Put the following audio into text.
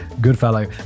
Goodfellow